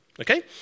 Okay